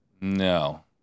No